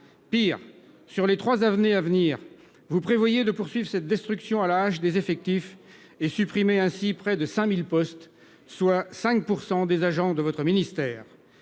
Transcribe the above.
Pis, sur les trois années à venir, vous prévoyez de poursuivre cette destruction à la hache des effectifs, en supprimant près de 5 000 postes, soit 5 % des agents de votre ministère.